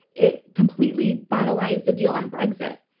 it completely finalized the deal on brexit.